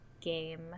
game